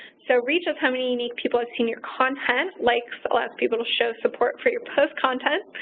so reach is how many unique people have seen your content, likes allows people to show support for your post content,